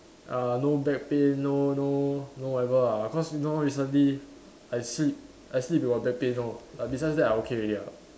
uh no back pain no no no whatever lah because now recently I sleep I sleep with a back pain some more but besides that I okay already lah